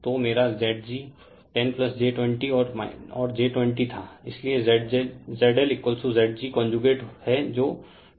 तो मेरा Zg 10j20 और j20 था इसलिए ZLZg कोंजूगेट है जो10 j20 होगा